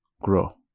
grow